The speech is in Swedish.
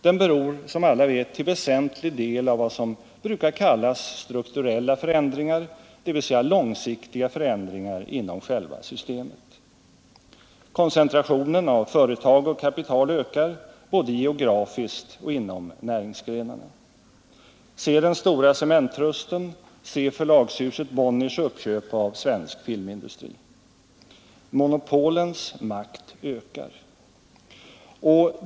Den beror som alla vet till väsentlig del på vad som brukar kallas strukturella förändringar, dvs. långsiktiga förändringar inom själva systemet. Koncentrationen av företag och kapital ökar, både geografiskt och inom näringsgrenarna. Se den stora cementtrusten, se förlagshuset Bonniers uppköp av Svensk filmindustri! Monopolens makt ökar.